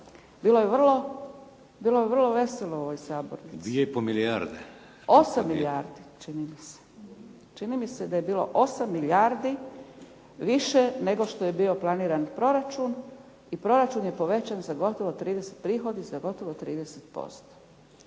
milijarde. **Zgrebec, Dragica (SDP)** 8 milijardi čini mi se. Čini mi se da je bilo 8 milijardi više nego što je bio planiran proračun i proračun je povećan za gotovo i prihodi za gotovo 30%.